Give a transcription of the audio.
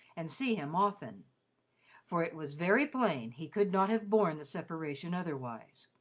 and see him often for it was very plain he could not have borne the separation otherwise.